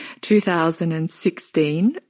2016